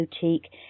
boutique